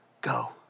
go